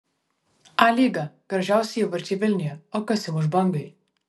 a lyga gražiausi įvarčiai vilniuje o kas įmuš bangai